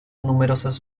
numerosas